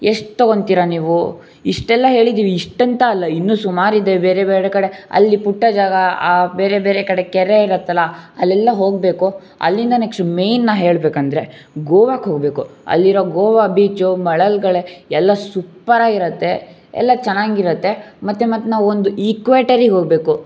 ಎಷ್ಟು ತಗೊತಿರಾ ನೀವು ಇಷ್ಟೆಲ್ಲ ಹೇಳಿದ್ದಿವಿ ಇಷ್ಟಂತ ಅಲ್ಲ ಇನ್ನೂ ಸುಮಾರು ಇದೆ ಬೇರೆ ಬೇರೆ ಕಡೆ ಅಲ್ಲಿ ಪುಟ್ಟ ಜಾಗ ಆ ಬೇರೆ ಬೇರೆ ಕಡೆ ಕೆರೆ ಇರತ್ತಲ್ಲ ಅಲ್ಲೆಲ್ಲ ಹೋಗಬೇಕು ಅಲ್ಲಿಂದ ನೆಕ್ಸ್ಟ್ ಮೇಯ್ನ್ ನಾ ಹೇಳಬೇಕಂದ್ರೆ ಗೋವಾಕ್ಕೆ ಹೋಗಬೇಕು ಅಲ್ಲಿರೋ ಗೋವಾ ಬೀಚು ಮರಳುಗಳೆ ಎಲ್ಲ ಸೂಪರ್ ಆಗಿರುತ್ತೆ ಎಲ್ಲ ಚೆನ್ನಾಗಿರತ್ತೆ ಮತ್ತು ಮತ್ತು ನಾವು ಒಂದು ಈಕ್ವೇಟರಿಗೆ ಹೋಗಬೇಕು